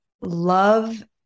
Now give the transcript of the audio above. love